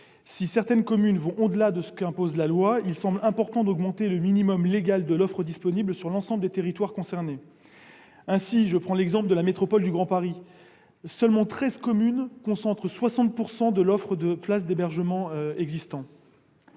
Si certaines communes vont au-delà de ce qu'impose la loi, il semble important d'augmenter le minimum légal de l'offre disponible sur l'ensemble des territoires concernés. Ainsi, au sein de la métropole du Grand Paris, treize communes concentrent 60 % de l'offre de places d'hébergement existante.